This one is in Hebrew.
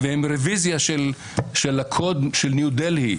והם רביזיה של הקוד של ניו-דלהי,